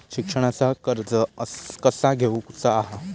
शिक्षणाचा कर्ज कसा घेऊचा हा?